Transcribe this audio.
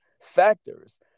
factors